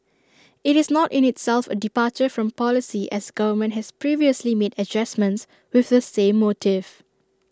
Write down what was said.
IT is not in itself A departure from policy as government has previously made adjustments with the same motive